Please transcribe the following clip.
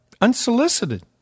Unsolicited